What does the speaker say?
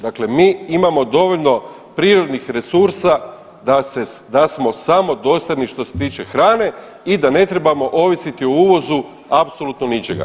Dakle, mi imamo dovoljno prirodnih resursa da smo samodostatni što se tiče hrane i da ne trebamo ovisiti o uvozu apsolutno ničega.